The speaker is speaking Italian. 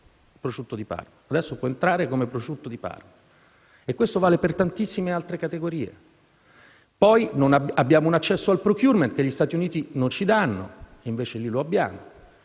adesso può entrare come prosciutto di Parma e questo vale per tantissime altre categorie. Inoltre abbiamo un accesso al *procurement* che gli Stati Uniti non ci danno, invece in quel caso